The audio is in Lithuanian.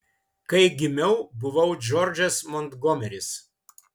kai gimiau buvau džordžas montgomeris